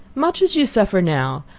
much as you suffer now,